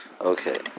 Okay